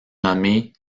nommé